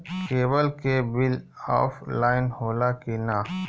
Cable के bill offline होला कि ना?